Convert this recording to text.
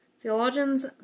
Theologians